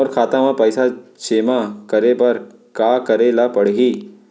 मोर खाता म पइसा जेमा करे बर का करे ल पड़ही?